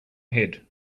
head